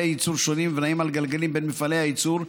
ייצור שונים ונעים על גלגלים בין מפעלי הייצור,